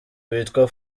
witwa